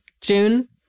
June